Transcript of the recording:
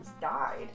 died